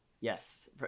yes